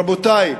רבותי,